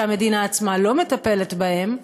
שהמדינה עצמה לא מטפלת בהם,